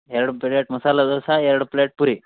ಎರಡು ಪ್ಲೇಟ್ ಮಸಾಲೆ ದೋಸೆ ಎರಡು ಪ್ಲೇಟ್ ಪೂರಿ